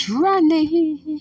running